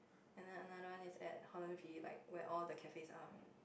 and then another one is at Holland-V like where all the cafe up